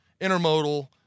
intermodal